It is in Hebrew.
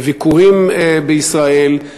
בביקורים בישראל,